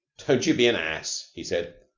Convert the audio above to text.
don't you be an ass, he said.